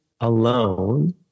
alone